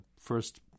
first